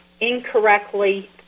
incorrectly